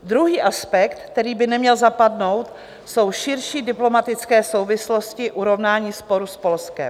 Druhý aspekt, který by neměl zapadnout, jsou širší diplomatické souvislosti urovnání sporu s Polskem.